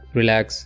relax